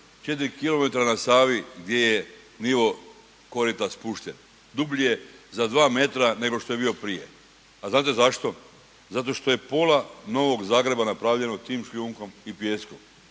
4 km na Savi gdje je nivo korita spušten dublje za 2 m nego što je bio prije. A znate zašto? Zato što je pola Novog Zagreba napravljeno tim šljunkom i pijeskom,